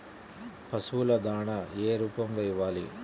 పశువుల దాణా ఏ రూపంలో ఇవ్వాలి?